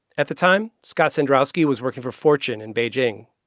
at the time, scott cendrowski was working for fortune in beijing.